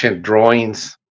drawings